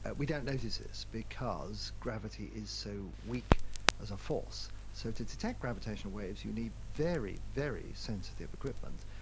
and we don't notice this because gravity is so weak as a force. so to detect gravitational waves you need very, very sensitive equipment.